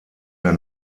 mehr